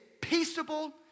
peaceable